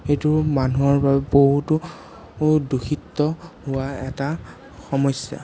সেইটো মানুহৰ বাবে বহুতো বহুত দুখিত হোৱা এটা সমস্যা